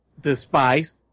despise